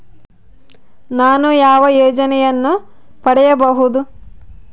ನಾನು ಯಾವ ಯೋಜನೆಯನ್ನು ಪಡೆಯಬಹುದು?